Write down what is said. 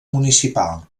municipal